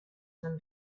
than